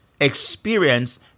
experience